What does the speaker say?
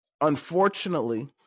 unfortunately